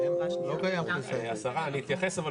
השרה אני אתייחס,